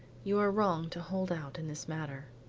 you are wrong to hold out in this matter.